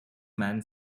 man